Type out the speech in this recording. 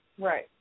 Right